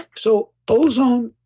so, ozone,